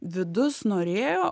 vidus norėjo